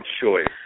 choice